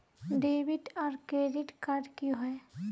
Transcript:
Debit आर credit card की होय?